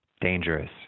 dangerous